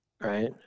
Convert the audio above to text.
Right